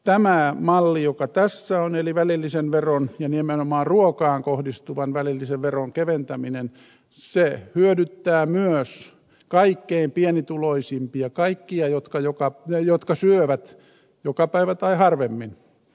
tämä malli joka tässä on eli välillisen veron ja nimenomaan ruokaan kohdistuvan välillisen veron keventäminen hyödyttää myös kaikkein pienituloisimpia kaikkia jotka syövät joka päivä tai harvemmin